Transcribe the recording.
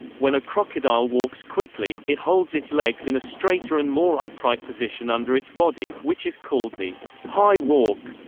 when a crocodile walks quickly, it holds its legs in a straighter and more upright position under its body, which is called the high walk.